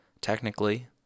technically